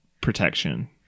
protection